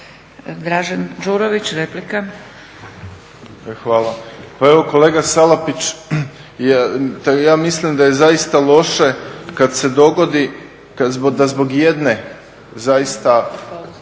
Dražen (HDSSB)** Hvala. Pa evo kolega Salapić ja mislim da je zaista loše kad se dogodi da zbog jedne, zaista